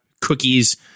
cookies